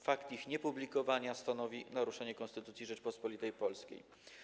Fakt ich niepublikowania stanowi naruszenie Konstytucji Rzeczypospolitej Polskiej.